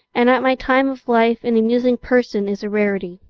and at my time of life an amusing person is a rarity.